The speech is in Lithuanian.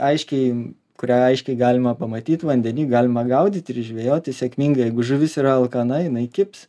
aiškiai kurią aiškiai galima pamatyt vandeny galima gaudyt ir žvejoti sėkmingai jeigu žuvis yra alkana jinai kibs